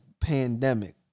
pandemic